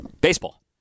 Baseball